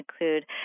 include